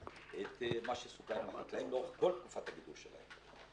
את מה שסוכם --- כל תקופת הגידול שלהם.